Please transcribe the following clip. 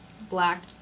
black